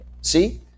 see